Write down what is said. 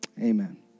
Amen